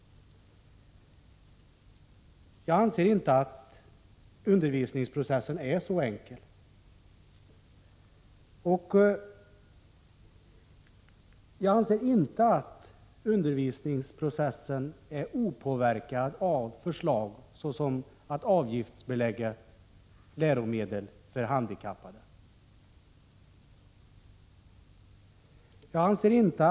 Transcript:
Jag anser inte att undervisningsprocessen är så enkel. Undervisningsprocessen är inte opåverkad av förslag såsom att avgiftsbelägga läromedel för handikappade.